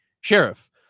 sheriff